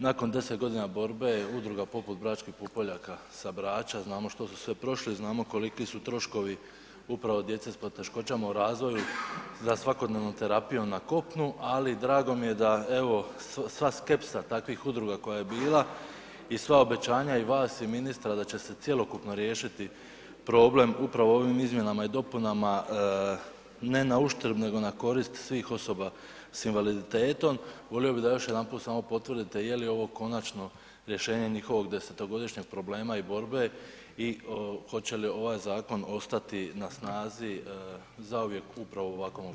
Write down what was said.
Nakon 10 g. borbe udruga poput „Bračkih pupoljaka“ sa Brača znamo što su sve prošli, znamo koliki su troškovi upravo djece s poteškoćama u razvoju za svakodnevnu terapiju na kopnu ali drago mi je da evo sva skepsa takvih udruga koja je bila i sva obećanja i vas i ministra da će cjelokupno riješiti problem upravo ovim izmjenama i dopunama ne nauštrb nego na korist svih osoba sa invaliditetom, volio bi da još jedanput samo potvrdite je li ovo konačno rješenje njihovog 10-godišnjeg problema i borbe i hoće li ovaj zakon ostati na snazi zauvijek upravo u ovakvom obliku?